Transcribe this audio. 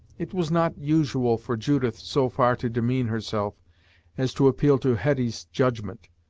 it was not usual for judith so far to demean herself as to appeal to hetty's judgment.